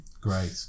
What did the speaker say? Great